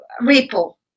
ripple